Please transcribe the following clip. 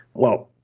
well,